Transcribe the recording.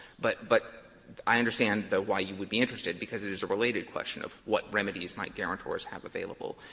but but i understand, though, why you would be interested because it is a related question of what remedies might guarantors have available.